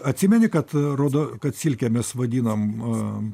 atsimeni kad rodo kad silkėmis vadinam